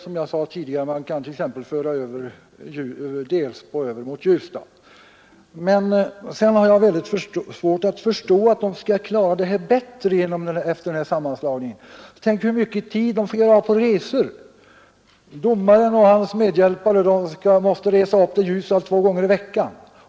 Som jag sade kan man t.ex. föra över Delsbo till Ljusdal. Jag har mycket svårt att förstå hur man kan klara arbetet bättre efter sammanslagningen. Tänk bara på hur mycken tid som måste anslås till resor! Domaren och hans medhjälpare måste resa upp till Ljusdal två gånger i veckan.